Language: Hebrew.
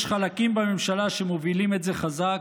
יש חלקים בממשלה שמובילים את זה חזק,